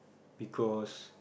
because